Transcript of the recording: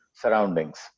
surroundings